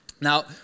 Now